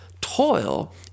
Toil